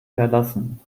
verlassen